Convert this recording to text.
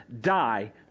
die